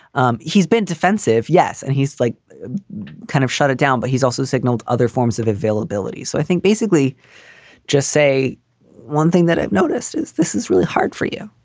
um he's been defensive. yes. and he's like kind of shut it down. but he's also signalled other forms of availability. so i think basically just say one thing that i've noticed is this is really hard for you.